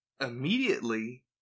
immediately